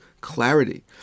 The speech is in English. clarity